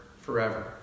forever